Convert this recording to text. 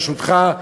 ברשותך,